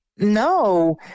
no